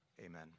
amen